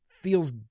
feels